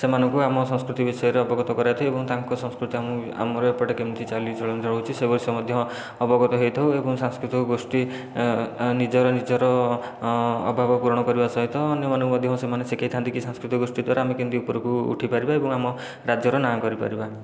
ସେମାନଙ୍କୁ ଆମ ସଂସ୍କୃତି ବିଷୟରେ ଅବଗତ କରାଇଥାଉ ଏବଂ ତାଙ୍କ ସଂସ୍କୃତି ଆମର ଏପଟେ କେମିତି ଚାଲିଚଳନ ରହୁଛି ସେ ବିଷୟରେ ମଧ୍ୟ ଅବଗତ ହୋଇଥାଉ ଏବଂ ସାଂସ୍କୃତିକ ଗୋଷ୍ଠି ନିଜର ନିଜର ଅଭାବ ପୁରଣ କରିବା ସହିତ ଅନ୍ୟମାନଙ୍କୁ ମଧ୍ୟ ସେମାନେ ଶିଖାଇଥାନ୍ତି କି ସାଂସ୍କୃତିକ ଗୋଷ୍ଠି ଦ୍ୱାରା ଆମେ କେମିତି ଉପରକୁ ଉଠିପରିବା ଏବଂ ଆମ ରାଜ୍ୟର ନାଁ କରିପାରିବା